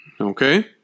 Okay